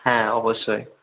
হ্যাঁ অবশ্যই